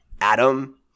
Adam